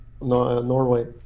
Norway